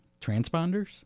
Transponders